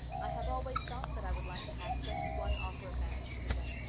i have always thought that i would like to have just one offer of marriage to reject,